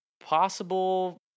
possible